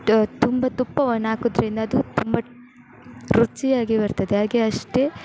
ಟ ತುಂಬ ತುಪ್ಪವನ್ನಾಕೋದ್ರಿಂದ ಅದು ತುಂಬ ರುಚಿಯಾಗಿ ಬರ್ತದೆ ಹಾಗೆ ಅಷ್ಟೇ